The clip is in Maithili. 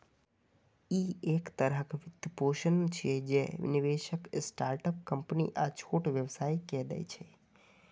ई एक तरहक वित्तपोषण छियै, जे निवेशक स्टार्टअप कंपनी आ छोट व्यवसायी कें दै छै